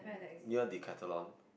near Decathlon